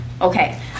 Okay